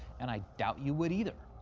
and i doubt you would either.